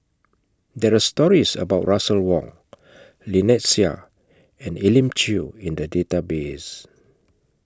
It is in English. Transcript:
There Are stories about Russel Wong Lynnette Seah and Elim Chew in The Database